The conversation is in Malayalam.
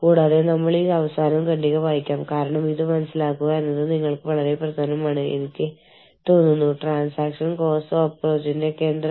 എച്ച്ആർ നയങ്ങളെ കുറിച്ച് ലൈൻ മാനേജർമാരെ പഠിപ്പിക്കാനും സ്വാധീനിക്കാനും ഉള്ള കഴിവ്